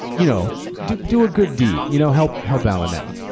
you know, do do a good deed, you know, help, help alan now.